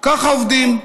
ככה עובדים.